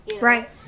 Right